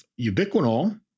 ubiquinol